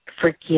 Forgive